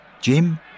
Jim